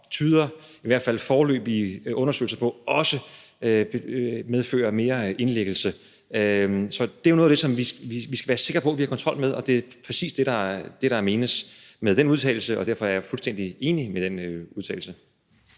det tyder på, i hvert fald ifølge foreløbige undersøgelser, også medfører mere indlæggelse. Så det er jo noget af det, som vi skal være sikre på vi har kontrol med, og det er præcis det, der menes med den udtalelse, og derfor er jeg fuldstændig enig i den udtalelse.